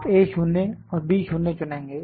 आप A 0 और B 0 चुनेंगे